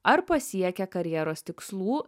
ar pasiekia karjeros tikslų